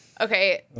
Okay